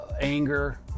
anger